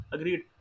Agreed